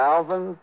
Alvin